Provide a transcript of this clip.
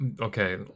Okay